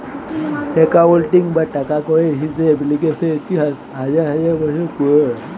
accounting বা টাকা কড়ির হিসেব লিকেসের ইতিহাস হাজার হাজার বসর পুরল